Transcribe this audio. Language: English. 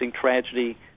tragedy